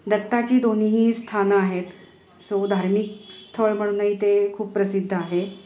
दत्ताची दोन्हीही स्थानं आहेत सो धार्मिक स्थळ म्हणूनही ते खूप प्रसिद्ध आहे